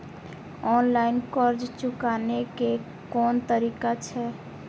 Online कर्ज चुकाने के कोन तरीका छै?